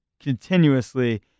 continuously